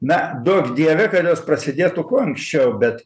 na duok dieve kad jos prasidėtų kuo anksčiau bet